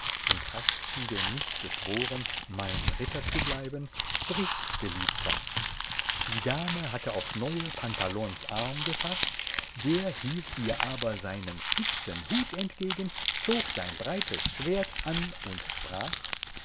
und hast du denn nicht geschworen mein ritter zu bleiben sprich geliebter die dame hatte aufs neue pantalons arm gefaßt der hielt ihr aber seinen spitzen hut entgegen zog sein breites schwert an und sprach